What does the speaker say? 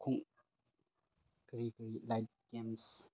ꯈꯨꯡ ꯀꯔꯤ ꯀꯔꯤ like games